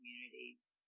communities